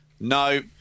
no